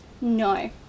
No